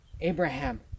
Abraham